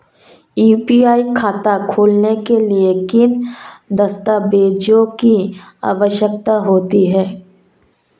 UPI खाता खोलने के लिए किन दस्तावेज़ों की आवश्यकता होती है?